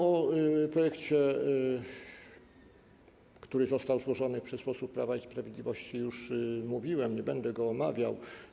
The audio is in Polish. O projekcie, który został złożony przez posłów Prawa i Sprawiedliwości, już mówiłem, nie będę go omawiał.